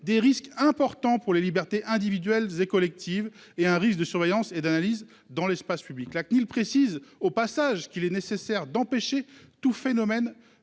des risques importants pour les libertés individuelles et collectives et un risque de surveillance et d'analyse dans l'espace public. La Cnil précise au passage qu'il est nécessaire d'empêcher tout phénomène